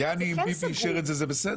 אם --- אישר את זה אז זה בסדר?